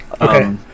okay